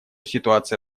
ситуация